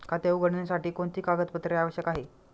खाते उघडण्यासाठी कोणती कागदपत्रे आवश्यक आहे?